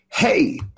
Hey